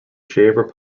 shaver